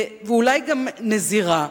ואולי גם נזירה.